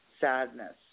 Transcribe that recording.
sadness